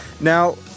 Now